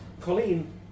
Colleen